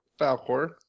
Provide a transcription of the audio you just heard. Falcor